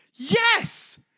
Yes